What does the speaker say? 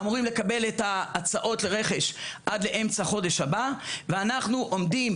אמורים לקבל את ההצעות לרכש עד לאמצע חודש הבא ואנחנו עומדים